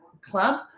club